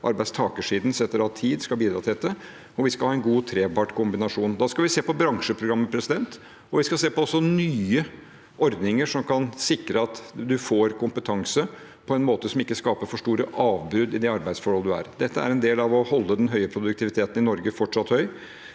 arbeidstakersiden setter av tid og skal bidra til dette, og vi skal ha en god trepartskombinasjon. Da skal vi se på bransjeprogrammet, og vi skal også se på nye ordninger som kan sikre at man får kompetanse, på en måte som ikke skaper for store avbrudd i det arbeidsforholdet man er i. Dette er en del av å holde den høye produktiviteten i Norge fortsatt høy,